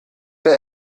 der